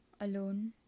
alone